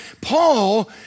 Paul